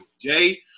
Jay